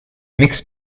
miks